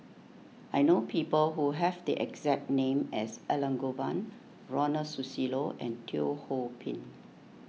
I know people who have the exact name as Elangovan Ronald Susilo and Teo Ho Pin